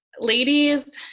ladies